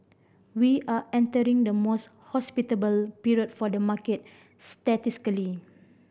we are entering the most hospitable period for the market statistically